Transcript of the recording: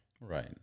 Right